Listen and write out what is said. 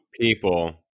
people